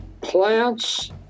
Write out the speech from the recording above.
plants